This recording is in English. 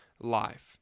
life